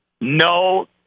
no